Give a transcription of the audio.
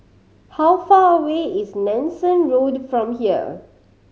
how far away is Nanson Road from here